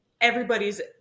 everybody's